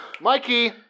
Mikey